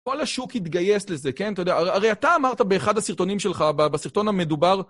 כל השוק התגייס לזה, כן? אתה יודע, הרי אתה אמרת באחד הסרטונים שלך, בסרטון המדובר...